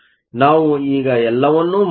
ನಾವು ಈಗ ಎಲ್ಲವನ್ನು ಮಾಡಿದ್ದೆವೆ